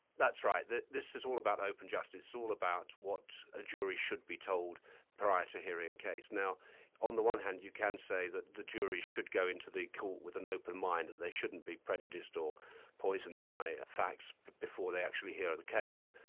that's right. this is all about open justice, it's all about what a jury should be told prior to hearing a case. now on the one hand you can say that the jury should go into the court with an open mind, that they shouldn't be prejudiced or poisoned by facts before they actually hear the case.